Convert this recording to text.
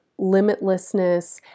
limitlessness